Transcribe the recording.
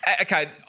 Okay